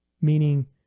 meaning